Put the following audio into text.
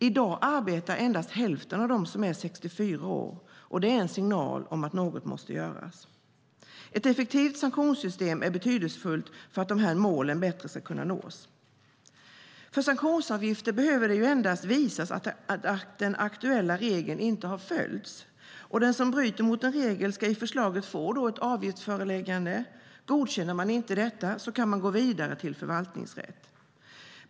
I dag arbetar endast hälften av dem som är 64 år. Det är en signal om att något måste göras. Ett effektivt sanktionssystem är betydelsefullt för att målen bättre ska kunna nås. För sanktionsavgifter behöver det endast visas att den aktuella regeln inte har följts. Den som bryter mot en regel ska enligt förslaget få ett avgiftsföreläggande. Godkänner man inte detta kan man gå vidare till förvaltningsrätt.